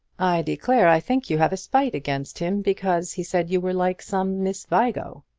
i declare i think you have a spite against him, because he said you were like some miss vigo,